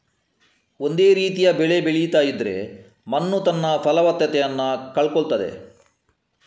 ಒಂದೇ ರೀತಿಯ ಬೆಳೆ ಬೆಳೀತಾ ಇದ್ರೆ ಮಣ್ಣು ತನ್ನ ಫಲವತ್ತತೆಯನ್ನ ಕಳ್ಕೊಳ್ತದೆ